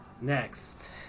Next